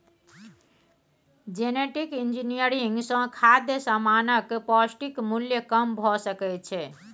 genetic engineering सँ खाद्य समानक पौष्टिक मुल्य कम भ सकै छै